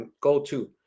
go-to